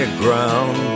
ground